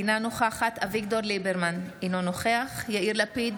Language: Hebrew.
אינה נוכחת אביגדור ליברמן, אינו נוכח יאיר לפיד,